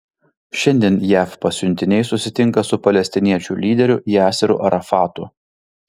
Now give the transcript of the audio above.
šiandien jav pasiuntiniai susitinka su palestiniečių lyderiu yasseru arafatu